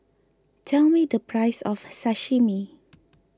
tell me the price of Sashimi